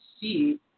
see